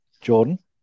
Jordan